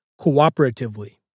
cooperatively